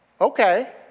okay